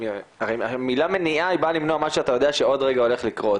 הרי המילה מניעה היא באה למנוע משהו שאתה יודע שעוד רגע הולך לקרות.